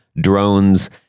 drones